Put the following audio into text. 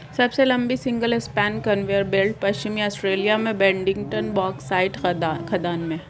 सबसे लंबी single span conveyor belt पश्चिमी ऑस्ट्रेलिया में बोडिंगटन बॉक्साइट खदान में है